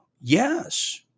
Yes